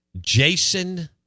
Jason